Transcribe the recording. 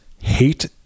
hate